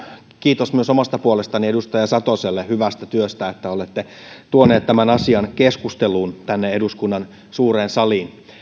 kiitos myös omasta puolestani edustaja satoselle hyvästä työstä että olette tuonut tämän asian keskusteluun tänne eduskunnan suureen saliin